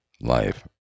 life